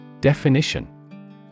Definition